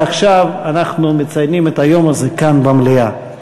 ועכשיו אנחנו מציינים את היום הזה כאן במליאה.